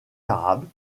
arabes